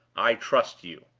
i trust you.